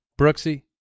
Brooksy